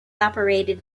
operated